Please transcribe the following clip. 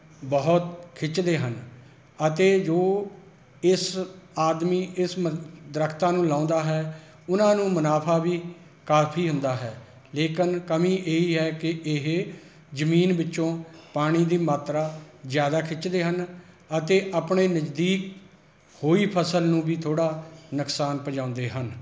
ਬਹੁਤ ਖਿੱਚਦੇ ਹਨ ਅਤੇ ਜੋ ਇਸ ਆਦਮੀ ਇਸ ਦਰਖ਼ਤਾਂ ਨੂੰ ਲਗਾਉਂਦਾ ਹੈ ਉਹਨਾਂ ਨੂੰ ਮੁਨਾਫ਼ਾ ਵੀ ਕਾਫੀ ਹੁੰਦਾ ਹੈ ਲੇਕਿਨ ਕਮੀ ਇਹ ਹੀ ਹੈ ਕਿ ਇਹ ਜ਼ਮੀਨ ਵਿੱਚੋਂ ਪਾਣੀ ਦੀ ਮਾਤਰਾ ਜ਼ਿਆਦਾ ਖਿੱਚਦੇ ਹਨ ਅਤੇ ਆਪਣੇ ਨਜ਼ਦੀਕ ਹੋਈ ਫ਼ਸਲ ਨੂੰ ਵੀ ਥੋੜ੍ਹਾ ਨੁਕਸਾਨ ਪਹੁੰਚਾਉਂਦੇ ਹਨ